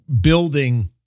building